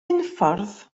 unffordd